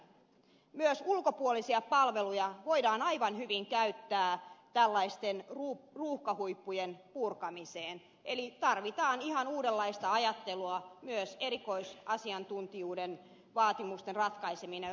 myös ulkopuolisia palveluja voidaan aivan hyvin käyttää tällaisten ruuhkahuippujen purkamiseen eli tarvitaan ihan uudenlaista ajattelua ja myös erikoisasiantuntijuuden vaatimusten ratkaisemista valtionhallinnossa